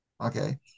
Okay